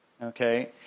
Okay